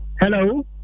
Hello